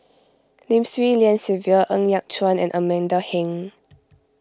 Lim Swee Lian Sylvia Ng Yat Chuan and Amanda Heng